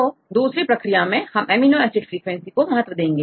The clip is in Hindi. तो दूसरी प्रक्रिया में हम अमीनो एसिड फ्रीक्वेंसी को महत्व देंगे